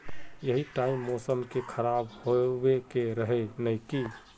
यही टाइम मौसम के खराब होबे के रहे नय की?